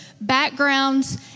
backgrounds